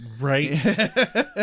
Right